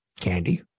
candy